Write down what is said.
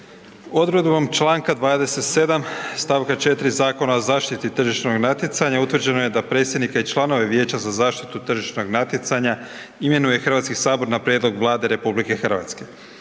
Odredbom čl. 27. stavka 4. Zakona o zaštiti tržišnog natjecanja utvrđeno je da predsjednika i članove Vijeća za zaštitu tržišnog natjecanja imenuje Hrvatski sabor na prijedlog Vlade RH. Vijeće